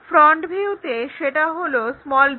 front ভিউতে সেটা হলো b